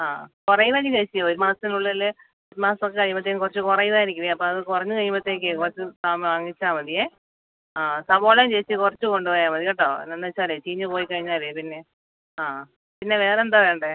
ആ കുറയുമായിരിക്കും ചേച്ചി ഒരു മാസത്തിനുള്ളിൽ ഈ മാസമൊക്കെ കഴിയുമ്പത്തേക്കും കുറച്ച് കുറയുമായിരിക്കും അപ്പോൾ അത് കുറഞ്ഞ് കഴിയുമ്പത്തേക്കേ കുറച്ച് ആ വാങ്ങിച്ചാൽ മതിയേ ആ സവോളയും ചേച്ചി കുറച്ച് കൊണ്ട് പോയാൽ മതി കേട്ടോ എന്താണെന്ന് വെച്ചാൽ ചീഞ്ഞ് പോയി കഴിഞ്ഞാൽ പിന്നെ ആ പിന്നെ വേറെ എന്താ വേണ്ടത്